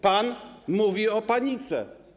Pan mówi o panice.